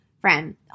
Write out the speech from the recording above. Friend